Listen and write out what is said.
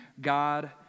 God